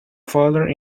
further